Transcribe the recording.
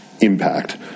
Impact